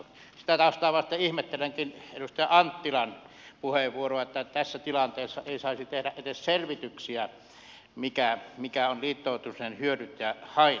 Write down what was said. sitä taustaa vastaan ihmettelenkin edustaja anttilan puheenvuoroa että tässä tilanteessa ei saisi tehdä edes selvityksiä mitkä ovat liittoutumisen hyödyt ja haitat